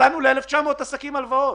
נתנו ל-1,900 עסקים הלוואות?